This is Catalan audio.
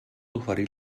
oferir